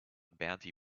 bounty